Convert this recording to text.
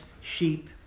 sheep